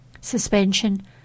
suspension